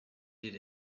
did